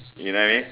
you know what I mean